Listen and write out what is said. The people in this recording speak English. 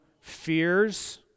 fears